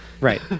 right